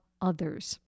others